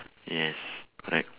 yes correct